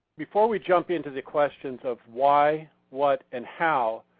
before we jump into the questions of why, what, and how,